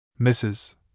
Mrs